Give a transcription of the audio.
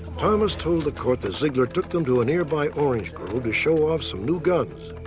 thomas told the court that zeigler took them to a nearby orange grove um to show off some new guns.